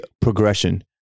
progression